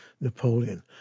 Napoleon